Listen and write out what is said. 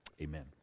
amen